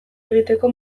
egiteko